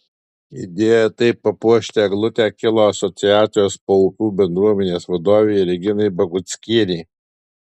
idėja taip papuošti eglutę kilo asociacijos paupių bendruomenės vadovei reginai baguckienei